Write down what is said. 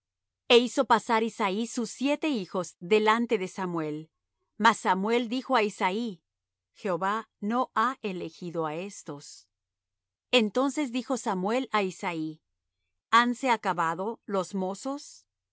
e hizo pasar isaí sus siete hijos delante de samuel mas samuel dijo á isaí jehová no ha elegido á éstos entonces dijo samuel á isaí hanse acabado los mozos y